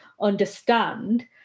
understand